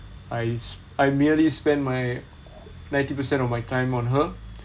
I sp~ I merely spend my ninety percent of my time on her